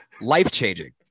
life-changing